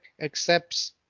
accepts